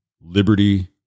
liberty